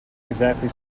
exactly